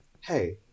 Hey